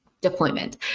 deployment